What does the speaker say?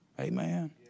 Amen